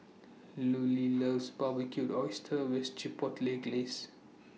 Lulie loves Barbecued Oysters with Chipotle Glaze